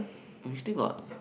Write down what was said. they still got